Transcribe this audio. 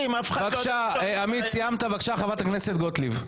בבקשה, חברת הכנסת גוטליב.